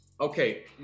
Okay